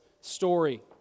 story